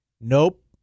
Nope